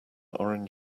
orange